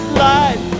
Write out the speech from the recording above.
life